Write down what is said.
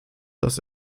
das